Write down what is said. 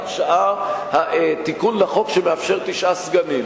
שעה תיקון לחוק שמאפשר תשעה סגנים.